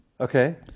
Okay